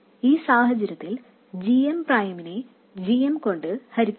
ഈ സാഹചര്യത്തിൽ gm പ്രൈമിനെ gm കൊണ്ട് ഹരിക്കുന്നു